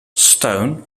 stone